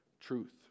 truth